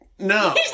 no